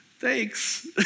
Thanks